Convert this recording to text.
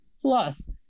plus